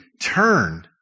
turn